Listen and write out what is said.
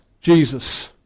Jesus